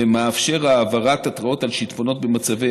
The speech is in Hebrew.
ומאפשר העברת התראות על שיטפונות במצבי